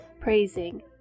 praising